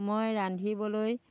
মই ৰান্ধিবলৈ